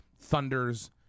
thunder's